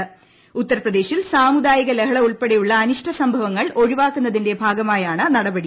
ഉത്തരവിൽ ഉത്തർപ്രദേശിൽ സാമുദായിക ലഹള ഉൾപ്പെടെയുള്ള അനിഷ്ട സംഭവങ്ങൾ ഒഴിവാക്കുന്നതിന്റെ ഭാഗമായാണ് നടപടി